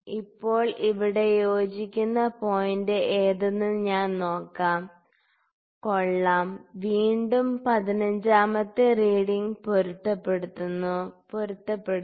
ഇപ്പോൾ ഇവിടെ യോജിക്കുന്ന പോയിന്റ് ഏതെന്ന് ഞാൻ നോക്കാം കൊള്ളാം വീണ്ടും പതിനഞ്ചാമത്തെ റീഡിങ് പൊരുത്തപ്പെടുന്നു